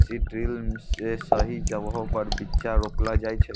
seed drill से सही जगहो पर बीच्चा रोपलो जाय छै